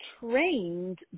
trained